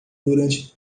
durante